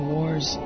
Wars